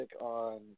on